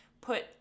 put